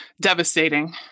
devastating